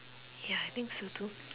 ya I think so too